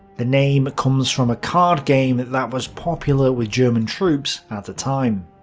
the name comes from a card game that was popular with german troops at the time.